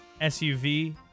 SUV